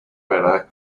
matter